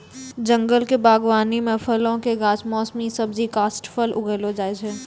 जंगल क बागबानी म फलो कॅ गाछ, मौसमी सब्जी, काष्ठफल उगैलो जाय छै